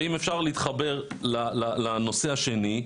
ואם אפשר להתחבר לנושא השני,